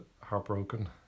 heartbroken